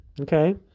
okay